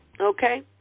Okay